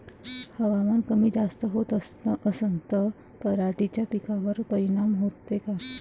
हवामान कमी जास्त होत असन त पराटीच्या पिकावर परिनाम होते का?